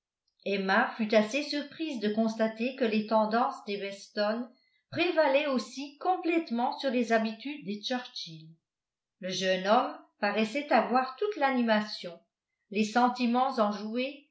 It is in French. emma fut assez surprise de constater que les tendances des weston prévalaient aussi complètement sur les habitudes des churchill le jeune homme paraissait avoir toute l'animation les sentiments enjoués